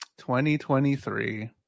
2023